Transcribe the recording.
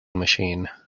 machine